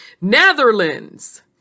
Netherlands